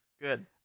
Good